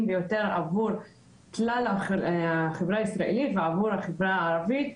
ביותר עבור כלל החברה הישראלית ועבור החברה הערבית.